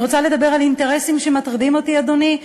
אני רוצה לדבר על אינטרסים שמטרידים אותי, אדוני.